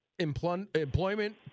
Employment